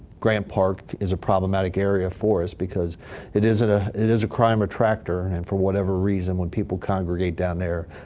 grant park is a problematic area for us because it isn't. ah it is a crime, a tractor. and and for whatever reason, when people congregate down there,